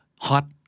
hot